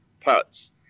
parts